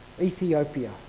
Ethiopia